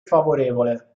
favorevole